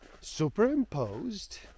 superimposed